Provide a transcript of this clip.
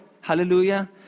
Hallelujah